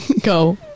go